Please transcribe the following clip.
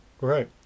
Right